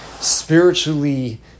spiritually